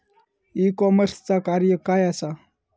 E कॉमर्सचा कार्य काय असा?